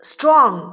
Strong